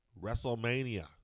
WrestleMania